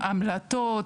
המלטות,